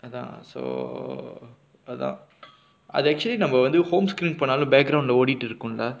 அதா:athaa so err அதா அது:athaa athu actually நம்ம வந்து:namma vanthu home screen பண்ணாலும்:pannaalum background leh ஓடிட்டு இருக்குல:odittu irukkula